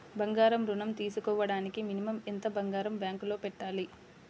బంగారం ఋణం తీసుకోవడానికి మినిమం ఎంత బంగారం బ్యాంకులో పెట్టాలి?